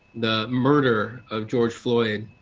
the murder of george floyd,